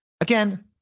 Again